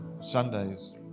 Sundays